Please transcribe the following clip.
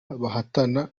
bahatana